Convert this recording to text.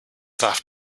darf